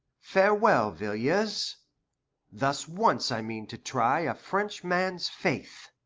farewell, villiers thus once i mean to try a french man's faith.